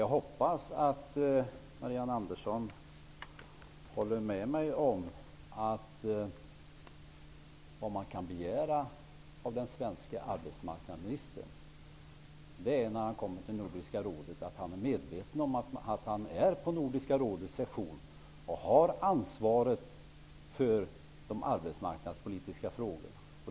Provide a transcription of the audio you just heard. Jag hoppas att Marianne Andersson håller med mig om att man kan begära av den svenska arbetsmarknadsministern att han, när han kommer till Nordiska rådet, är medveten om att han är på Nordiska rådets session och har ansvaret för de arbetsmarknadspolitiska frågorna.